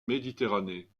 méditerranée